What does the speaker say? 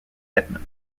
hetman